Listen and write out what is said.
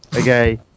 okay